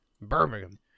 Birmingham